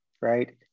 right